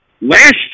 last